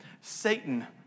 Satan